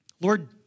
Lord